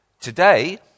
Today